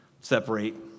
separate